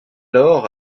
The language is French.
lors